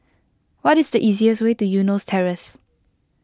what is the easiest way to Eunos Terrace